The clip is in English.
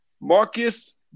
Marcus